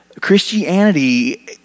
Christianity